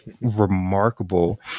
remarkable